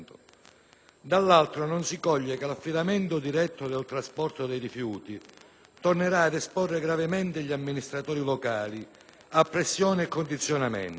dall'altro non si coglie che l'affidamento diretto del trasporto dei rifiuti tornerà ad esporre gravemente gli amministratori locali a pressioni e condizionamenti.